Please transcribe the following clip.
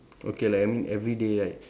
okay like I mean everyday right